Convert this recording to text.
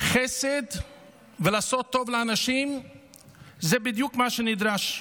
חסד ולעשות טוב לאנשים זה בדיוק מה שנדרש,